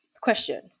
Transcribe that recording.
Question